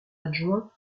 adjoint